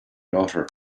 daughter